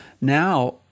now